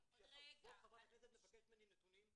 כשכבוד חברת הכנסת מבקשת ממני נתונים,